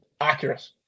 accurate